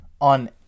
on